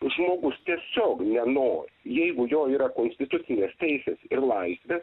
žmogus tiesiog nenori jeigu jo yra konstitucinės teisės ir laisvės